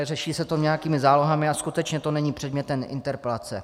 Řeší se to nějakými zálohami a skutečně to není předmětem interpelace.